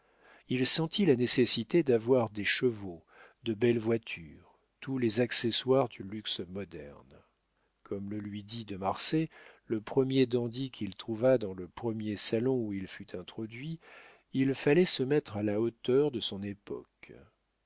il sentit la nécessité d'avoir des chevaux de belles voitures tous les accessoires du luxe moderne comme le lui dit de marsay le premier dandy qu'il trouva dans le premier salon où il fut introduit il fallait se mettre à la hauteur de son époque